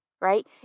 right